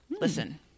Listen